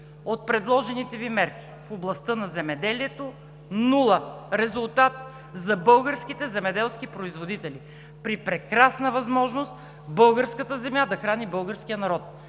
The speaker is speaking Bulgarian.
от предложените Ви мерки в областта на земеделието: нула резултат за българските земеделски производители при прекрасна възможност българската земя да храни българския народ.